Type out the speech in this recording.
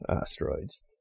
asteroids